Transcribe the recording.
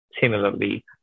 similarly